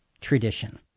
tradition